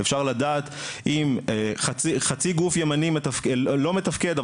אפשר לדעת אם חצי גוף ימני לא מתפקד,